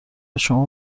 شما